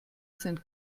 sind